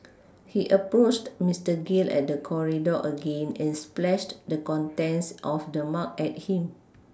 he approached Mister Gill at the corridor again and splashed the contents of the mug at him